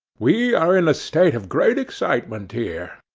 we are in a state of great excitement here.